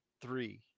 three